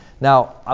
Now